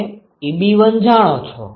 તમે Ebi જાણો છો